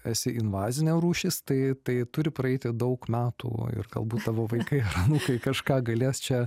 esi invazinė rūšis tai tai turi praeiti daug metų o ir galbūt tavo vaikai ar anūkai kažką galės čia